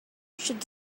should